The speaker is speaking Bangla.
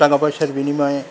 টাকাপয়সার বিনিময়ে